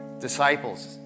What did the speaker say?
disciples